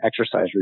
exercise